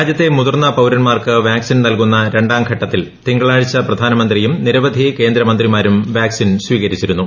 രാജ്യത്തെ മുതിർന്ന പൌരന്മാർക്ക് വാക്സിൻ നൽകുന്ന രണ്ടാംഘട്ടത്തിൽ തിങ്കളാഴ്ച പ്രധാനമന്ത്രിയും നിരവധി കേന്ദ്രമന്ത്രിമാരും വാക്സിൻ സ്പ്രീക്രിച്ചിരുന്നു